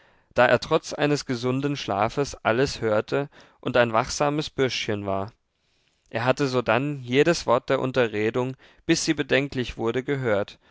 da er trotz eines gesunden schlafes alles hörte und ein wachsames bürschchen war er hatte sodann jedes wort der unterredung bis sie bedenklich wurde gehört